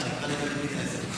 אין נמנעים.